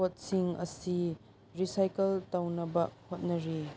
ꯄꯣꯠꯁꯤꯡ ꯑꯁꯤ ꯔꯤꯁꯥꯏꯀꯜ ꯇꯧꯅꯕ ꯍꯣꯠꯅꯔꯤ